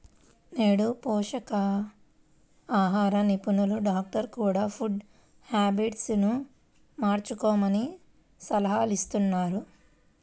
నేడు పోషకాహార నిపుణులు, డాక్టర్స్ కూడ ఫుడ్ హ్యాబిట్స్ ను మార్చుకోమని సలహాలిస్తున్నారు